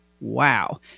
wow